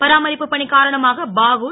பராமரிப் பணி காரணமாக பாகூர்